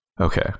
Okay